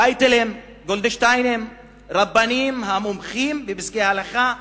"טייטלים"; "גולדשטיינים"; רבנים מומחים בפסקי הלכה,